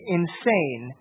insane